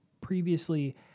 previously